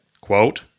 quote